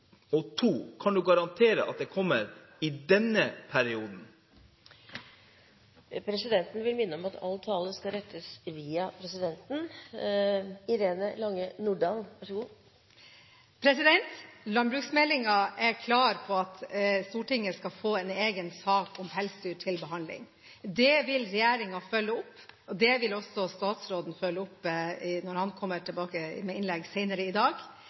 Kan du garantere at den kommer i denne perioden? Presidenten vil minne om at all tale skal rettes via presidenten. Landbruksmeldingen er klar på at Stortinget skal få en egen sak om pelsdyrnæringen til behandling. Det vil regjeringen følge opp. Det vil også statsråden følge opp, når han skal holde innlegg senere i dag.